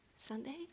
Sunday